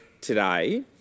today